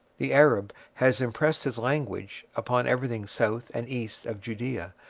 the arab has impressed his language upon everything south and east of judea,